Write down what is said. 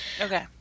Okay